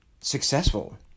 successful